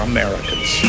Americans